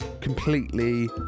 completely